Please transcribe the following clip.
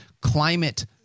climate